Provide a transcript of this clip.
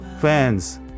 fans